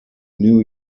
new